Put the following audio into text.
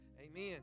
amen